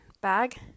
bag